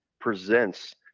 presents